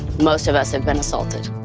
most of us have been assaulted,